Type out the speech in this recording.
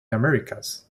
americas